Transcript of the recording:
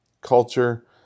culture